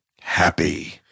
happy